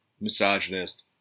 misogynist